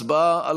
הצבעה.